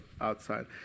outside